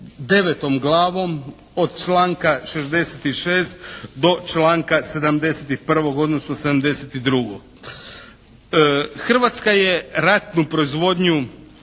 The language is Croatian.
9. glavom od članka 66. do članka 71., odnosno 72. Hrvatska je ratnu proizvodnju